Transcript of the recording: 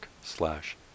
slash